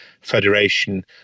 Federation